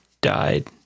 died